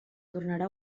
tornarà